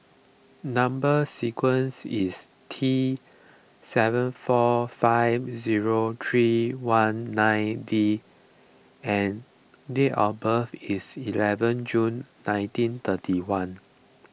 Number Sequence is T seven four five zero three one nine D and date of birth is eleven June nineteen thirty one